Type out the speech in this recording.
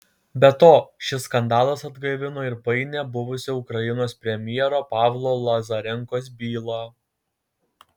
be to šis skandalas atgaivino ir painią buvusio ukrainos premjero pavlo lazarenkos bylą